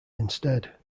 instead